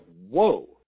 whoa